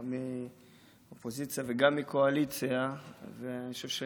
גם מהאופוזיציה וגם מהקואליציה,